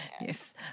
yes